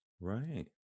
Right